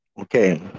okay